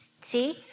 See